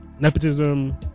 nepotism